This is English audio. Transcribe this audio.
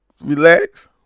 Relax